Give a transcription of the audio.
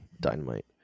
Dynamite